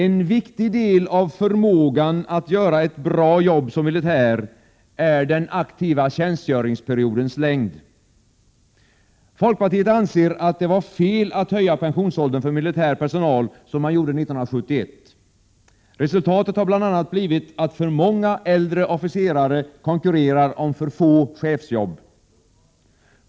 En viktig del för förmågan att göra ett bra jobb som militär är den aktiva tjänstgöringsperiodens längd. Folkpartiet anser att det var fel att höja pensionsåldern för militär personal, vilket skedde 1971. Resultatet har bl.a. blivit att alltför många äldre officerare konkurrerar om för få chefsjobb.